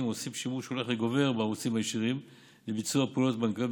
עושים שימוש הולך וגובר בערוצים הישירים לביצוע פעולות בנקאיות,